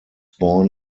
born